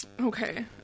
okay